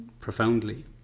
profoundly